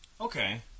Okay